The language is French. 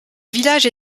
villages